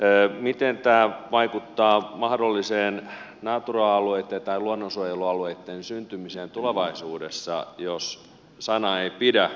miten tämä vaikuttaa mahdolliseen natura alueitten tai luonnonsuojelualueitten syntymiseen tulevaisuudessa jos sana ei pidä neuvotellessa